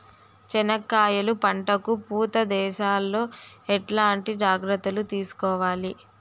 చెనక్కాయలు పంట కు పూత దశలో ఎట్లాంటి జాగ్రత్తలు తీసుకోవాలి?